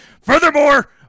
Furthermore